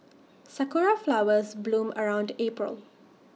Sakura Flowers bloom around April